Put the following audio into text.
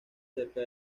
cerca